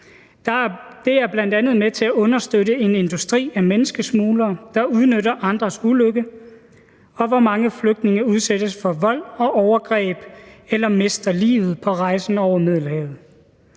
Det er bl.a. med til at understøtte en industri af menneskesmuglere, der udnytter andres ulykke, og hvor mange flygtninge udsættes for vold og overgreb eller mister livet på rejsen over Middelhavet.